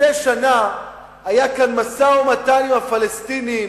לפני שנה היה כאן משא-ומתן עם הפלסטינים,